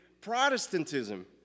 Protestantism